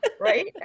right